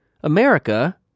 America